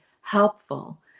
helpful